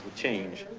change.